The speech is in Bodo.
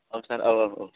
औ सार औ औ औ